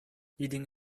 leading